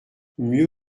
mieux